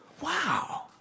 Wow